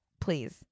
Please